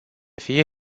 fie